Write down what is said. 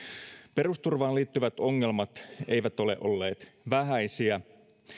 perusturvaan liittyvät ongelmat eivät ole olleet vähäisiä